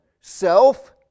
Self